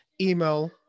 email